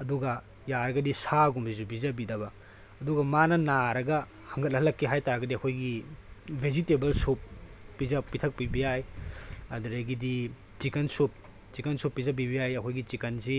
ꯑꯗꯨꯒ ꯌꯥꯔꯒꯗꯤ ꯁꯥꯒꯨꯝꯕꯁꯤꯁꯨ ꯄꯤꯖꯕꯤꯗꯕ ꯑꯗꯨꯒ ꯃꯥꯅ ꯅꯥꯔꯒ ꯍꯟꯒꯠꯍꯜꯂꯛꯀꯦ ꯍꯥꯏꯇꯥꯔꯒꯗꯤ ꯑꯩꯈꯣꯏꯒꯤ ꯚꯤꯖꯤꯇꯦꯕꯜ ꯁꯨꯞ ꯄꯤꯊꯛꯄꯤꯕ ꯌꯥꯏ ꯑꯗꯨꯗꯒꯤꯗꯤ ꯆꯤꯛꯀꯟ ꯁꯨꯞ ꯆꯤꯛꯀꯟ ꯁꯨꯞ ꯄꯤꯖꯕꯤꯕ ꯌꯥꯏ ꯑꯩꯈꯣꯏꯒꯤ ꯆꯤꯛꯀꯟꯁꯤ